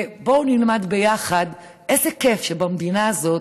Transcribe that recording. בואו נלמד ביחד איזה כיף שבמדינה הזאת